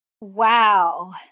Wow